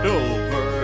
over